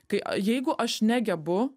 tai jeigu aš negebu